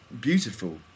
beautiful